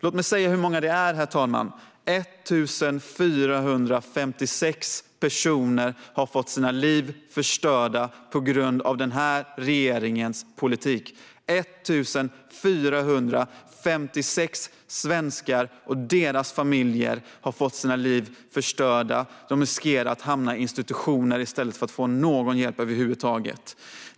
Låt mig säga hur många det är, herr talman: Det är 1 456 personer och deras familjer som har fått sina liv förstörda på grund av regeringens politik. Nu riskerar dessa 1 456 personer att hamna på institution eftersom de inte får någon hjälp över huvud taget.